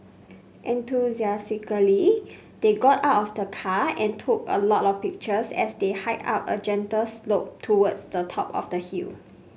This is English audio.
enthusiastically they got out of the car and took a lot of pictures as they hiked up a gentle slope towards the top of the hill